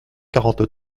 quarante